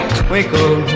twinkle